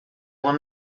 there